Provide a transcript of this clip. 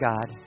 God